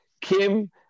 Kim